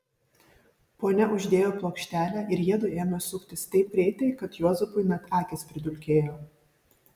ponia uždėjo plokštelę ir jiedu ėmė suktis taip greitai kad juozapui net akys pridulkėjo